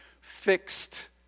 fixed